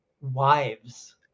wives